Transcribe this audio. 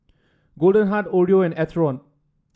Goldheart Oreo